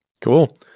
Cool